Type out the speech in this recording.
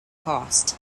cost